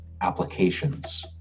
applications